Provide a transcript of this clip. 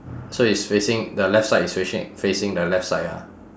so it's facing the left side is facing facing the left side ah